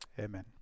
Amen